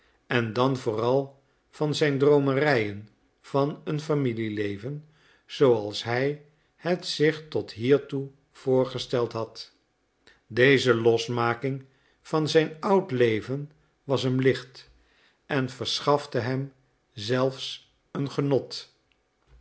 en dan vooral van zijn droomerijen van een familieleven zooals hij het zich tot hiertoe voorgesteld had deze losmaking van zijn oud leven was hem licht en verschafte hem zelfs een genot